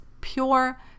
pure